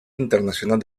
internacional